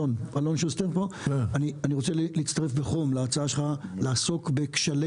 אני רוצה להצטרף בחום להצעה שלך לעסוק בכשלי